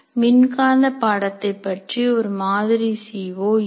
மின்காந்த பாடத்தை பற்றி ஒரு மாதிரி சி ஓ இது